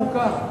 חוקה.